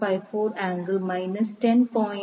454 angle minus 10